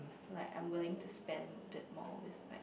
like I'm willing to spend a bit more with like